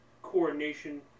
coordination